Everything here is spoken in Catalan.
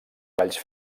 galls